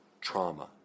trauma